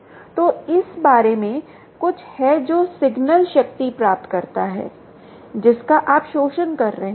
तो इस बारे में कुछ है जो सिग्नल शक्ति प्राप्त करता है जिसका आप शोषण कर सकते हैं